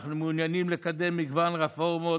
אנחנו מעוניינים לקדם מגוון רפורמות,